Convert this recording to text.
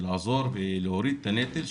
לעזור ולהוריד את הנטל,